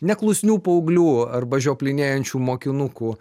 neklusnių paauglių arba žioplinėjančių mokinukų